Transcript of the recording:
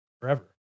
forever